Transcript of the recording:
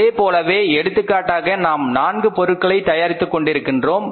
அதைப்போலவே எடுத்துக்காட்டாக நாம் 4 பொருட்களை தயாரித்துக் கொண்டிருக்கின்றோம்